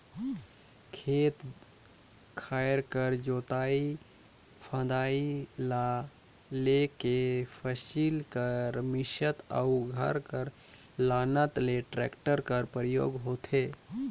खेत खाएर कर जोतई फदई ल लेके फसिल कर मिसात अउ घर कर लानत ले टेक्टर कर परियोग होथे